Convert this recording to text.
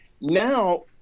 Now